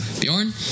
Bjorn